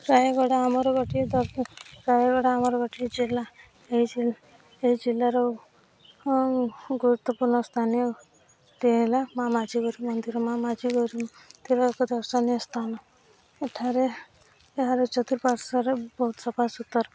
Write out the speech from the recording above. ରାୟଗଡ଼ା ଆମର ଗୋଟିଏ ରାୟଗଡ଼ା ଆମର ଗୋଟିଏ ଜିଲ୍ଲା ଏହି ଏହି ଜିଲ୍ଲାର ଗୁରୁତ୍ୱପୂର୍ଣ୍ଣ ସ୍ଥାନୀୟଟି ହେଲା ମାଆ ମାଝୀ ଗୋରି ମନ୍ଦିର ମାଆ ମାଝୀ ଗୋରି ମନ୍ଦିର ଥିବା ଏକ ଦର୍ଶନୀୟ ସ୍ଥାନ ଏଠାରେ ଏହାର ଚତୁଃପାର୍ଶ୍ୱରେ ବହୁତ ସଫାସୁତୁରା